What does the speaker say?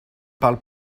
parle